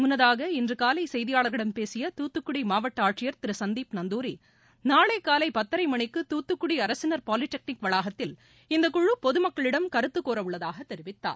முன்னதாக இன்று காலை செய்தியாளர்களிடம் பேசிய தூத்துக்குடி மாவட்ட ஆட்சியர் திரு சந்தீப் நந்தூரி நாளை காலை பத்தரை மணிக்கு தூத்துக்குடி அரசினர் பாலிடெக்னிக் வளாகத்தில் இந்தக்குழு பொதுமக்களிடம் கருத்து கோரவுள்ளதாக தெரிவித்தார்